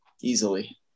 easily